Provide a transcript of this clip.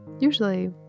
usually